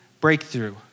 breakthrough